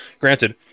granted